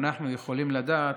אבל בסדר.